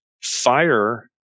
fire